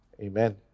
Amen